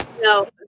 No